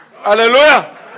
Hallelujah